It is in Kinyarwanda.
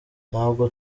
ntabwo